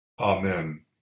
Amen